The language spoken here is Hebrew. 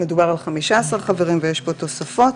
מדובר על חמישה עשר חברים ויש פה תוספות.